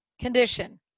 condition